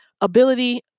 ability